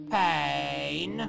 pain